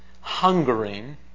hungering